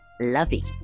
lovey